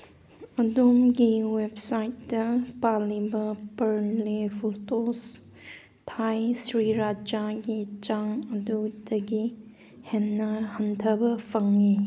ꯑꯗꯣꯝꯒꯤ ꯋꯦꯕꯁꯥꯏꯠꯇ ꯄꯜꯂꯤꯕ ꯄꯔꯂꯦ ꯐꯨꯜꯇꯣꯁ ꯊꯥꯏ ꯁ꯭ꯔꯤꯔꯥꯆꯥꯒꯤ ꯆꯥꯡ ꯑꯗꯨꯗꯒꯤ ꯍꯦꯟꯅ ꯍꯟꯊꯕ ꯐꯪꯉꯤ